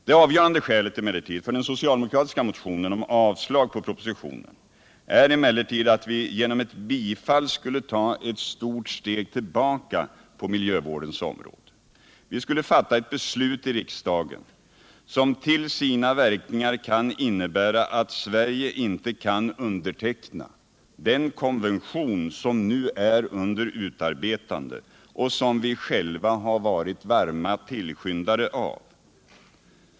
Det avgörande skälet för den socialdemokratiska motionen om avslag på propositionen är emellertid att vi genom ett bifall skulle ta ett stort steg tillbaka på miljövårdens område. Vi skulle fatta ett beslut i riksdagen som till sina verkningar kan innebära att Sverige inte kan underteckna den konvention som nu är under utarbetande och som vi själva har varit varma tillskyndare av.